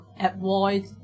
avoid